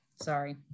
sorry